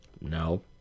No